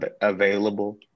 available